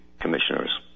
commissioners